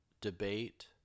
debate